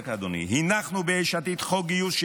הנחנו ביש עתיד חוק גיוס,